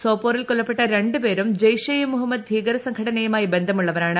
സോപ്പോറിൽ കൊല്ലപ്പെട്ട രണ്ട് പേരും ജെയ്ഷെ ഇ മുഹമ്മദ് ഭീകരസംഘടനയുമായി ബന്ധമുള്ളവരാണ്